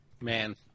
Man